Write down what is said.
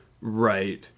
right